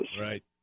Right